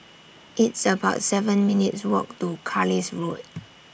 It's about seven minutes' Walk to Carlisle Road